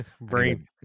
brain